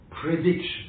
prediction